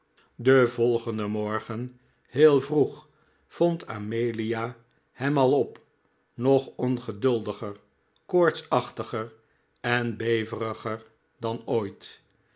den volgenden morgen heel vroeg vond amelia hem al op nog ongeduldiger koortsachtiger en beveriger dan ooit